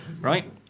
right